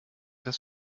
des